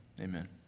amen